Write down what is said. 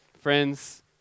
Friends